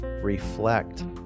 reflect